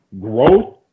growth